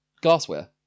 glassware